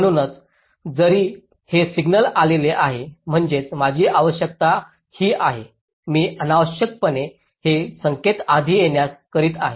म्हणूनच जरी हे सिग्नल आलेले आहे म्हणजेच माझी आवश्यकता ही आहे मी अनावश्यकपणे हे संकेत आधी येण्यास करत आहे